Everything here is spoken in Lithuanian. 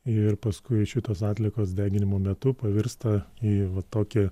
ir paskui šitos atliekos deginimo metu pavirsta į vą tokią